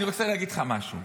אני רוצה להגיד לך משהו.